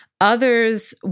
Others